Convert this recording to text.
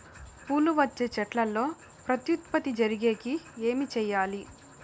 పూలు వచ్చే చెట్లల్లో ప్రత్యుత్పత్తి జరిగేకి ఏమి చేయాలి?